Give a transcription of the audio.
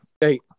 Hey